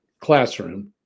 classroom